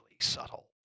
subtle